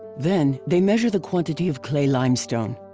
then, they measure the quantity of clay limestone.